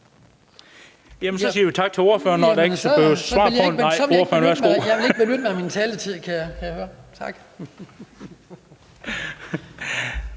tak til ordføreren,